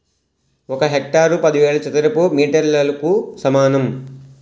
ఒక హెక్టారు పదివేల చదరపు మీటర్లకు సమానం